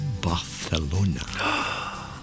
Barcelona